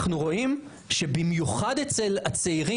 אנחנו רואים שבמיוחד אצל הצעירים,